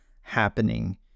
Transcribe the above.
happening